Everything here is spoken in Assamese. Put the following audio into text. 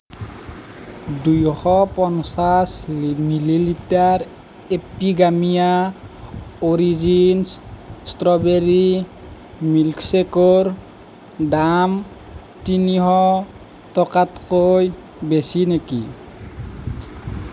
দুইশ পঞ্চাশ millilitre Epigamia origins strawberry মিল্কশ্বেকৰ দাম তিনিশ টকাতকৈ বেছি নেকি